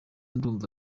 ndumva